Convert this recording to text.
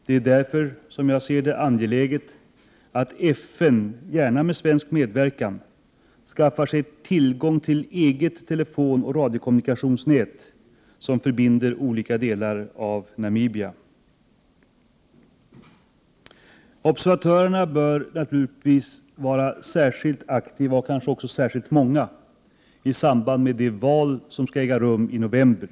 Det är därför angeläget att FN, gärna med svensk medverkan, skaffar sig tillgång till eget telefonoch radiokommunikationsnät som förbinder olika delar av Namibia. Observatörerna bör naturligtvis vara särskilt aktiva och kanske också särskilt många i samband med det val som skall äga rum i november.